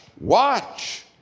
watch